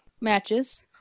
matches